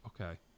okay